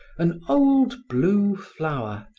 an old blue flower,